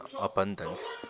abundance